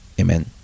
amen